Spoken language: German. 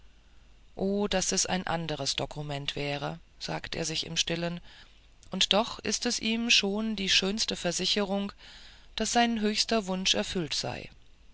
o daß es ein andres dokument wäre sagt er sich im stillen und doch ist es ihm auch schon die schönste versicherung daß sein höchster wunsch erfüllt sei